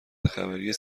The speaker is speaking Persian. خبری